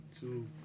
two